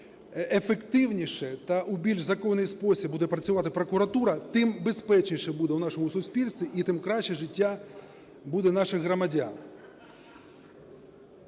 чим ефективніше та у більш законний спосіб буде працювати прокуратура, тим безпечніше буде в нашому суспільстві і тим краще життя буде в наших громадян.